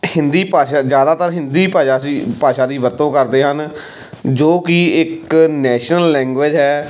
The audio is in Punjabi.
ਹਿੰਦੀ ਭਾਸ਼ਾ ਜ਼ਿਆਦਾਤਰ ਹਿੰਦੀ ਭਾਸ਼ਾ ਸੀ ਭਾਸ਼ਾ ਦੀ ਵਰਤੋਂ ਕਰਦੇ ਹਨ ਜੋ ਕਿ ਇੱਕ ਨੈਸ਼ਨਲ ਲੈਂਗੁਏਜ ਹੈ